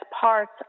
parts